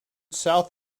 south